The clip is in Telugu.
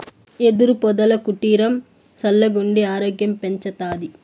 యెదురు పొదల కుటీరం సల్లగుండి ఆరోగ్యం పెంచతాది